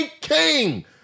King